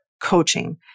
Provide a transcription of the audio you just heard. coaching